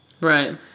right